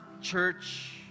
church